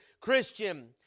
Christian